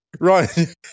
right